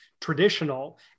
traditional